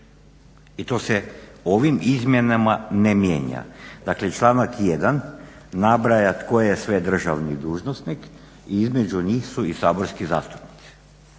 i to se ovim izmjenama ne mijenja. Dakle, članak 1. nabraja tko je sve državni dužnosnik i između njih su i saborski zastupnici.